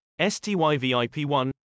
STYVIP1